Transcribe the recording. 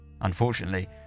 Unfortunately